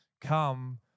come